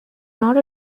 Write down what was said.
not